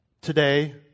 Today